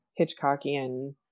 Hitchcockian